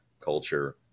culture